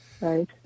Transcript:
right